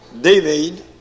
David